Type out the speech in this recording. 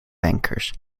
bankers